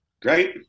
Great